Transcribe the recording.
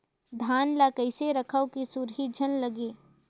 धान ल कइसे रखव कि सुरही झन लगे?